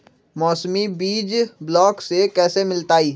मौसमी बीज ब्लॉक से कैसे मिलताई?